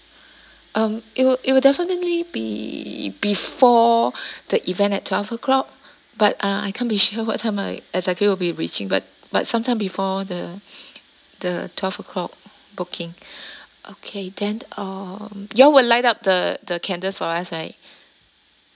um it will it will definitely be before the event at twelve o'clock but uh I can't be sure what time I exactly will be reaching but but some time before the the twelve o'clock booking okay then uh you all will light up the the candles for us right